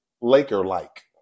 Laker-like